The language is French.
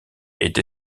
est